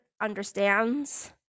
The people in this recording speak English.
understands